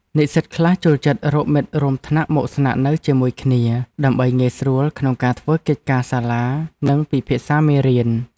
និស្សិតខ្លះចូលចិត្តរកមិត្តរួមថ្នាក់មកស្នាក់នៅជាមួយគ្នាដើម្បីងាយស្រួលក្នុងការធ្វើកិច្ចការសាលានិងពិភាក្សាមេរៀន។